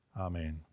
Amen